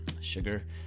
sugar